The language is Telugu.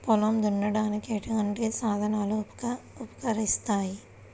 పొలం దున్నడానికి ఎటువంటి సాధనలు ఉపకరిస్తాయి?